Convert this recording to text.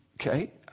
Okay